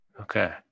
Okay